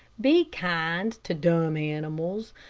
be kind to dumb animals,